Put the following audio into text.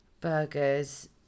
Burgers